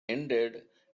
ended